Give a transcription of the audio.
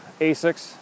Asics